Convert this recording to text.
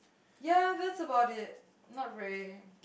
ya that's about it not really